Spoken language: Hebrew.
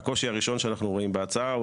הקושי הראשון שאנחנו רואים בהצעה הוא